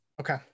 Okay